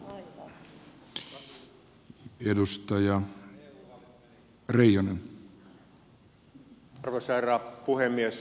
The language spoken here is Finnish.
arvoisa herra puhemies